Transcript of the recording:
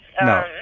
no